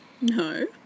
No